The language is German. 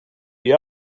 ihr